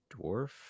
dwarf